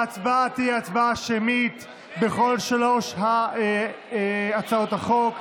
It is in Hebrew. ההצבעה תהיה הצבעה שמית בכל שלוש הצעות החוק,